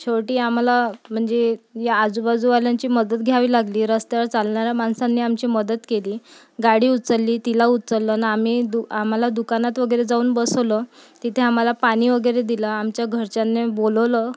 शेवटी आम्हाला म्हणजे या आजू बाजुवाल्यांची मदत घ्यावी लागली रस्त्यावर चालणाऱ्या माणसांनी आमची मदत केली गाडी उचलली तिला उचललं आणि आम्ही दु आम्हाला दुकानात वगैरे जाऊन बसवलं तिथे आम्हाला पाणी वगैरे दिलं आमच्या घरच्यांनाही बोलावलं